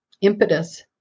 impetus